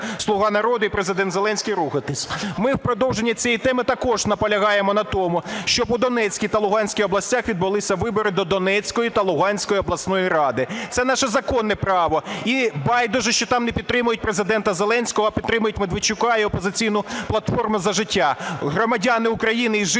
"Слуга народу" і Президент Зеленський рухатись. Ми в продовження цієї теми також наполягаємо на тому, щоб у Донецькій та Луганській областях відбулися вибори до Донецької та Луганської обласних рад. Це наше законне право. І байдуже, що там не підтримують Президента Зеленського, а підтримують Медведчука і "Опозиційну платформу – За життя". Громадяни України і жителі